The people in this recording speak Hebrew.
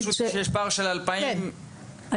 פשוט יש פער של 2,000. כן,